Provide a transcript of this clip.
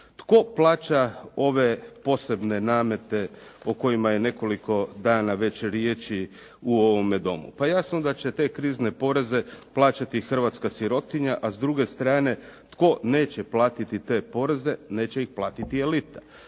Tko plaća ove posebne namete o kojima je nekoliko dana već riječi u ovome Domu? Pa jasno da će te krizne poreze plaćati hrvatska sirotinja, a s druge strane tko neće platiti te poreze neće ih platiti elita.